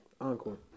Encore